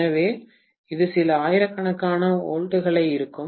எனவே இது சில ஆயிரக்கணக்கான வோல்ட்டுகளாக இருக்கும்